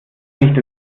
nicht